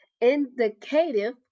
indicative